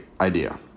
idea